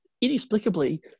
inexplicably